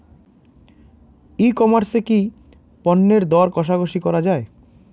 ই commerce এ কি পণ্যের দর কশাকশি করা য়ায়?